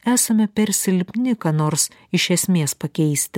esame per silpni ką nors iš esmės pakeisti